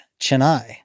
Chennai